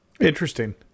Interesting